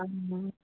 हा